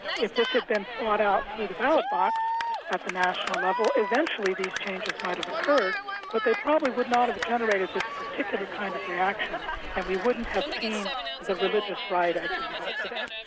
if this had been fought out through the ballot box at the national level, eventually these changes might have occurred but they probably would not have generated this particular kind of reaction and we wouldn't have seen the religious right as we know it today.